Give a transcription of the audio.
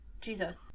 Jesus